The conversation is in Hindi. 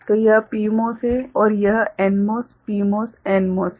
तो यह PMOS है और यह NMOS PMOS NMOS है